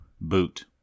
Boot